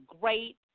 great